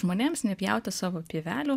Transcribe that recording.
žmonėms nepjauti savo pievelių